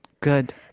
Good